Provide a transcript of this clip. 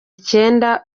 icyenda